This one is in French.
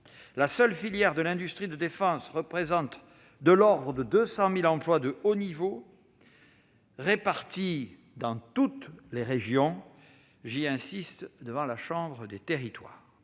La seule industrie de défense représente près de 200 000 emplois de haut niveau, répartis dans toutes les régions- j'y insiste devant la chambre des territoires.